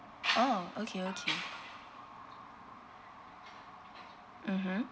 oh okay okay mmhmm